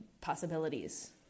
possibilities